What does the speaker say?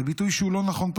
זה ביטוי שהוא לא נכון.